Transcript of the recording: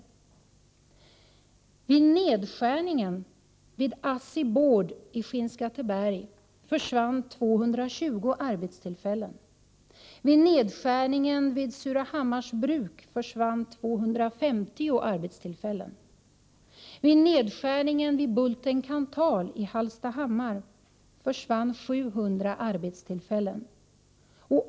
Vid nedskärningen vid ASSI-Board i Skinnskatteberg försvann 220 arbetstillfällen, vid nedskärningen vid Surahammars bruk försvann 250 arbetstillfällen och vid nedskärningen vid Bulten-Kanthal i Hallstahammar försvann 700 arbetstillfällen.